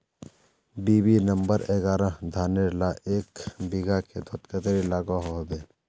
BB number एगारोह धानेर ला एक बिगहा खेतोत कतेरी लागोहो होबे?